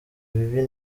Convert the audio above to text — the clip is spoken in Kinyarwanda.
bibi